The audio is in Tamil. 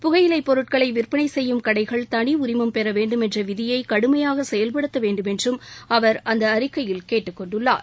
புகையிலைப் பொருட்களை விற்பனை செய்யும் கடைகள் தனி உரிமம் பெற வேண்டுமென்ற விதியை கடுமையாக செயல்படுத்த வேண்டுமென்றும் அவர் அந்த அறிக்கையில் கேட்டுக் கொண்டுள்ளார்